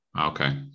okay